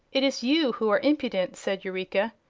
it is you who are impudent, said eureka,